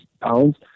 pounds